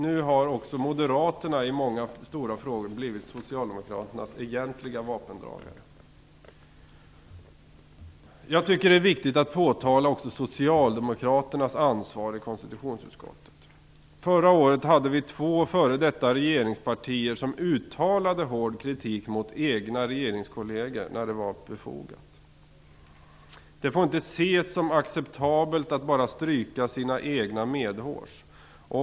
Nu har också Moderaterna i många stora frågor blivit Socialdemokraternas egentliga vapendragare. Jag tycker att det är viktigt att också påtala Socialdemokraternas ansvar i konstitutionsutskottet. Förra året hade vi två f.d. regeringspartier som uttalade hård kritik mot egna regeringskolleger när det var befogat. Det får inte ses som acceptabelt att bara stryka sina egna medhårs.